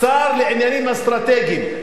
שר לעניינים אסטרטגיים,